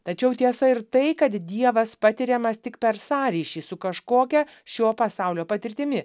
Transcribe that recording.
tačiau tiesa ir tai kad dievas patiriamas tik per sąryšį su kažkokia šio pasaulio patirtimi